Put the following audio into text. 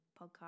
podcast